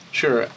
sure